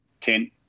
Ten